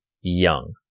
young